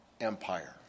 Empire